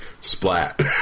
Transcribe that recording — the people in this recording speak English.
splat